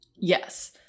Yes